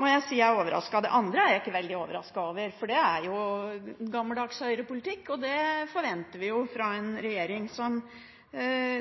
må jeg si jeg er overrasket. Det andre er jeg ikke veldig overrasket over, for det er gammeldags Høyre-politikk – det forventer vi av en regjering som